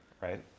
right